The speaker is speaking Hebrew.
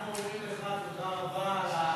אנחנו אומרים לך תודה רבה על,